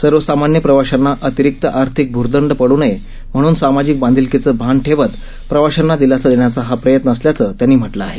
सर्वसामान्य प्रवाशांना अतिरिक्त आर्थिक भूर्दंड पड़ नये म्हणून सामाजिक बांधीलकीचं भान ठेवत प्रवाशांना दिलासा देण्याचा हा प्रयत्न असल्याचं त्यांनी म्हटलं आहे